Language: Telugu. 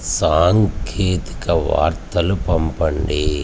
సాంకేతిక వార్తలు పంపండి